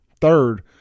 Third